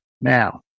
Now